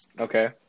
okay